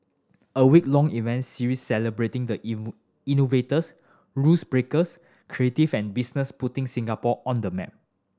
a week long event series celebrating the innovators rules breakers creative and business putting Singapore on the map